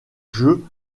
jeux